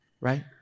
right